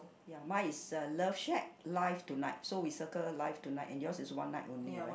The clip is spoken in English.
ya mine is a love shack live tonight so we circle live tonight and yours is one night only right